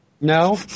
No